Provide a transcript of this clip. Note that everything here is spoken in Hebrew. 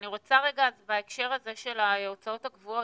אני רוצה רגע בהקשר הזה של ההוצאות הקבועות,